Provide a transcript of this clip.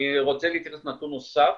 אני רוצה להתייחס לנתון נוסף,